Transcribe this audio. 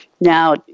Now